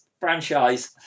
franchise